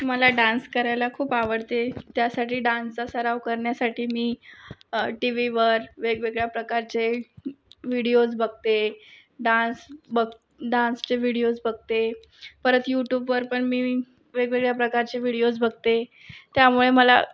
मला डान्स करायला खूप आवडते त्या साठी डान्सचा सराव करण्यासाठी मी टी व्हीवर वेगवेळ्या प्रकारचे व्हिडिओज बघते डान्स बक डान्सचे व्हिडिओज बघते परत यूट्यूबवर पण मी वेगवेगळ्या प्रकारचे व्हिडिओज बघते त्यामुळे मला